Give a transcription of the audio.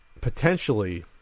potentially